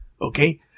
okay